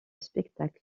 spectacle